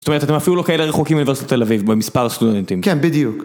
זאת אומרת, אתם אפילו לא כאלה רחוקים מאוניברסיטת תל אביב, במספר הסטודנטים. כן, בדיוק.